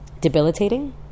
debilitating